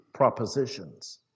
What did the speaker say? propositions